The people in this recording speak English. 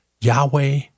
Yahweh